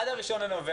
עד 1 בנובמבר,